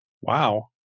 Wow